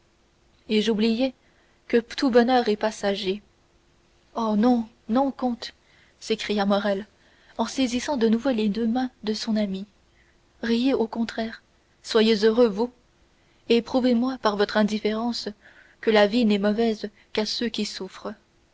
et j'oubliais que tout bonheur est passager oh non non comte s'écria morrel en saisissant de nouveau les deux mains de son ami riez au contraire soyez heureux vous et prouvez-moi par votre indifférence que la vie n'est mauvaise qu'à ceux qui souffrent